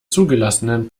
zugelassenen